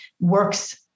works